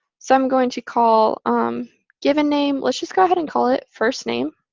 so i'm going to call um given name let's just go ahead and call it firstname.